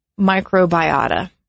microbiota